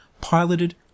piloted